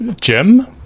Jim